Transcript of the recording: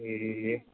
ए